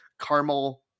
caramel